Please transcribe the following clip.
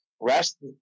rest